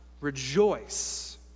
rejoice